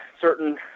certain